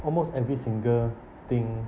almost every single thing